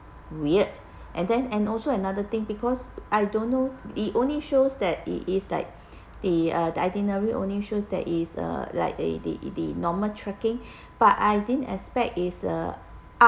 weird and then and also another thing because I don't know it only shows that it is like the uh the itinerary only shows there is a like the the normal trekking but I didn't expect is a